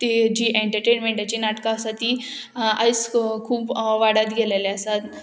ती जी एन्टरटेनमेंटाची नाटकां आसा ती आयज खूब वाडत गेलेले आसात